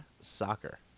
soccer